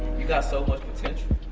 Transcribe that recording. you got so much potential.